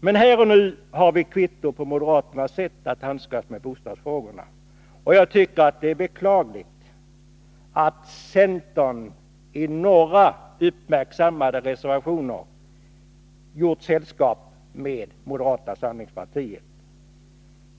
Men här och nu har vi kvitto på moderaternas sätt att handskas med bostadsfrågorna. Jag tycker att det är beklagligt att centern i några uppmärksammade reservationer gjort sällskap med moderata samlingspartiet.